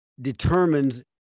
determines